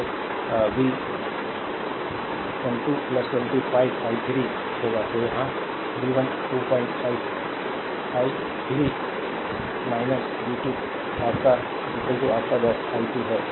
तो v 1 2 25 i 3 होगा तो यहाँ v 1 25 i 3 in a v 2 your 10 i2 है